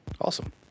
Awesome